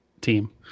team